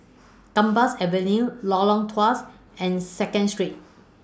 Gambas Avenue Lorong Tawas and Second Street